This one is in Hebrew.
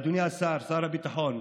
אדוני שר הביטחון,